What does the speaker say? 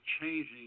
changing